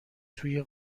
توی